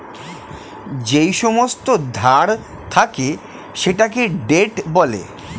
যেই সমস্ত ধার থাকে সেটাকে ডেট বলে